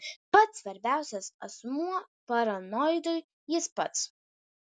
pats svarbiausias asmuo paranoidui jis pats